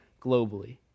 globally